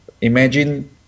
imagine